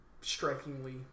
strikingly